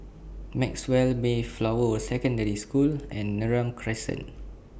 Maxwell Mayflower Secondary School and Neram Crescent